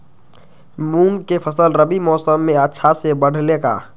मूंग के फसल रबी मौसम में अच्छा से बढ़ ले का?